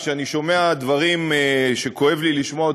כי כשאני שומע דברים שכואב לי לשמוע,